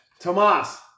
Tomas